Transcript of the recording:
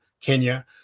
kenya